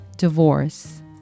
Divorce